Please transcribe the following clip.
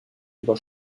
über